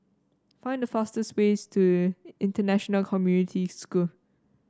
find the fastest way to International Community School